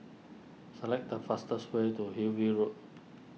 select the fastest way to Hillview Road